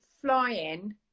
flying